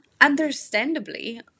understandably